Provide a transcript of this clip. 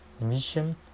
mission